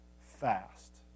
fast